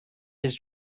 his